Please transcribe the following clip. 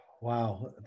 wow